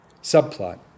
Subplot